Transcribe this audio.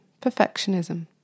perfectionism